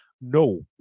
No